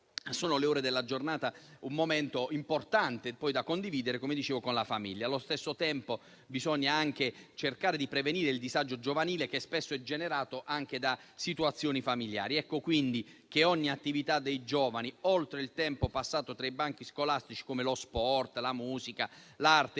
ore e momenti della giornata importanti, che vanno condivisi con la famiglia. Allo stesso tempo, bisogna cercare di prevenire il disagio giovanile, che spesso è generato anche da situazioni familiari. Ecco quindi che ogni attività dei giovani, oltre il tempo passato tra i banchi scolastici (come sport, musica, arte